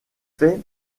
fait